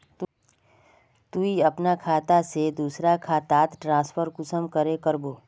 तुई अपना खाता से दूसरा खातात ट्रांसफर कुंसम करे करबो?